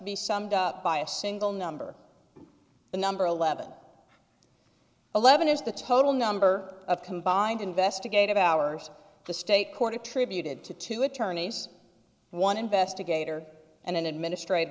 be summed up by a single number the number eleven eleven is the total number of combined investigative hours the state court attributed to two attorneys and one investigator and an administrative